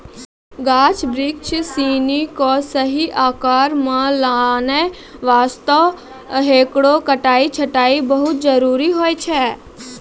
गाछ बिरिछ सिनि कॅ सही आकार मॅ लानै वास्तॅ हेकरो कटाई छंटाई बहुत जरूरी होय छै